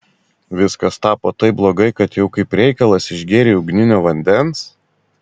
viskas tapo taip blogai kad jau kaip reikalas išgėrei ugninio vandens